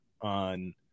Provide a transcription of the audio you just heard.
on